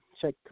check